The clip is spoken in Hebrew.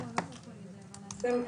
בשמחה.